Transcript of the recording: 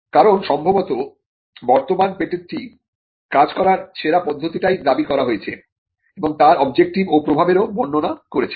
কারণ সম্ভবত বর্তমান পেটেন্টটি র কাজ করার সেরা পদ্ধতি টাই দাবি করা হয়েছে এবং তার অবজেক্টিভ ও প্রভাবেরও বর্ণনা করেছে